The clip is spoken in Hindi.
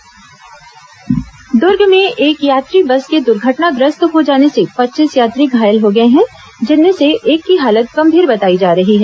दर्घटना दुर्ग में एक यात्री बस के दुर्घटनाग्रस्त हो जाने से पच्चीस यात्री घायल हो गए हैं जिनमें से एक की हालत गंभीर बताई जा रही है